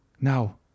Now